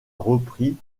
repris